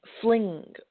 fling